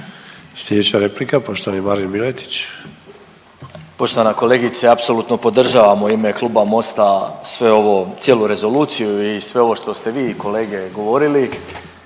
Slijedeća replika poštovani Marin Miletić.